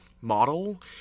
model